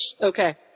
Okay